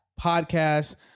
Podcast